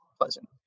pleasant